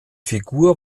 figur